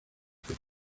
for